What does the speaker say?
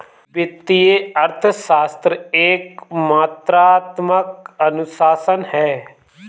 वित्तीय अर्थशास्त्र एक मात्रात्मक अनुशासन है